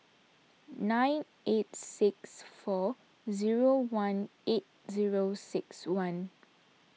nine eight six four zero one eight zero six one